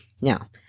Now